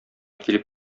килеп